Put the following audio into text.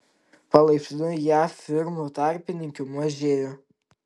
palaipsniui jav firmų tarpininkių mažėjo